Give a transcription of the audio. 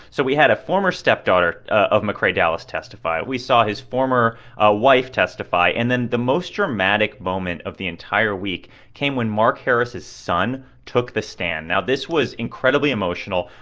so we had a former stepdaughter of mccrae dowless testify. we saw his former ah wife testify. and then the most dramatic moment of the entire week came when mark harris's son took the stand. now this was incredibly emotional.